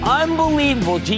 unbelievable